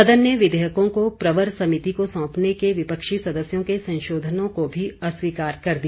सदन ने विधेयकों को प्रवर समिति को सौंपने के विपक्षी सदस्यों के संशोधनों को भी अस्वीकार कर दिया